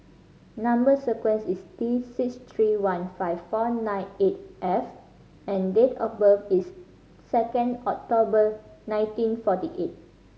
number sequence is T six three one five four nine eight F and date of birth is second October nineteen forty eight